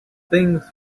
things